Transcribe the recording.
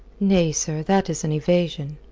nay, sir, that is an evasion.